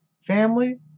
family